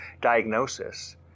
diagnosis